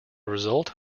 result